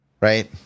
right